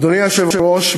אדוני היושב-ראש,